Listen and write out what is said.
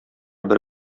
бер